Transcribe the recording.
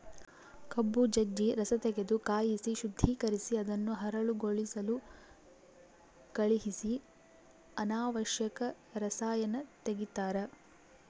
ಕಬ್ಬು ಜಜ್ಜ ರಸತೆಗೆದು ಕಾಯಿಸಿ ಶುದ್ದೀಕರಿಸಿ ಅದನ್ನು ಹರಳುಗೊಳಿಸಲು ಕಳಿಹಿಸಿ ಅನಾವಶ್ಯಕ ರಸಾಯನ ತೆಗಿತಾರ